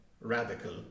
radical